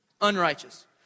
unrighteous